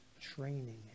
training